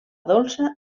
dolça